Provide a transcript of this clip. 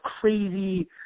crazy